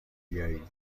بیایی